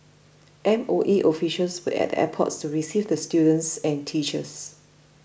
M O E officials were at the airport to receive the students and teachers